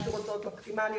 (גבייה) שיעור הוצאות מקסימליות,